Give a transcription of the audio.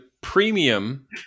premium